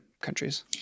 countries